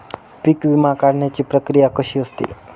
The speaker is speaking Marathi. पीक विमा काढण्याची प्रक्रिया कशी असते?